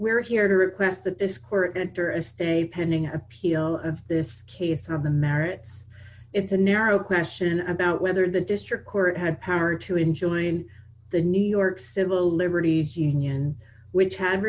we're here to request that this court enter a state pending appeal of this case on the merits it's a narrow question about whether the district court had power to enjoying the new york civil liberties union which had